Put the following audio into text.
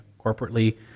corporately